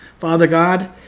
father, god,